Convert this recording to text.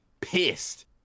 pissed